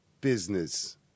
Business